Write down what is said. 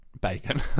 bacon